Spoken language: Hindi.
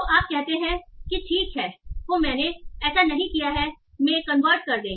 तो आप कहते हैं कि ठीक है को मैंने ऐसा नहीं किया है मे कन्वर्ट कर दे